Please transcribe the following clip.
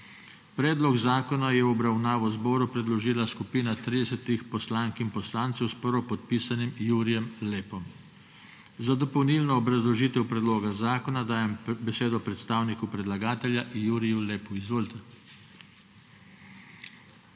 Predlog zakona je v obravnavo zboru predložila skupina 30 poslank in poslancev s prvopodpisanim Jurijem Lepom. Za dopolnilno obrazložitev predloga zakona dajem besedo predstavniku predlagatelja Juriju Lepu. Izvolite.